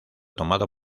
tomado